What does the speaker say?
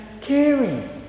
caring